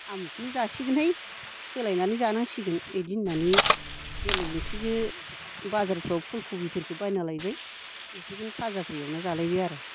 आमुगखौनो जासिगोनहाय सोलायनानै जानांसिगोन बिदि होन्नानै बेलेक ओंख्रिखौ बाजारफ्राव फुल क'फिफोरखौ बायना लायबाय बेफोरखौनो फाजाफोर एवनानै जालायबाय आरो